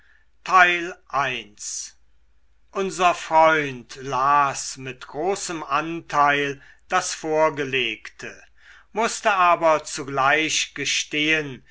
unser freund las mit großem anteil das vorgelegte mußte aber zugleich